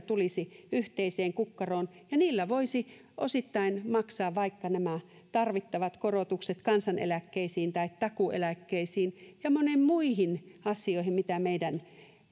tulisi yhteiseen kukkaroon ja niillä voisi osittain maksaa vaikka nämä tarvittavat korotukset kansaneläkkeisiin tai takuueläkkeisiin ja moniin muihin asioihin mitä meidän